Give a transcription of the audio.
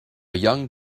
young